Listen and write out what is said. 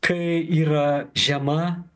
kai yra žema